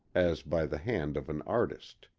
as by the hand of an artist.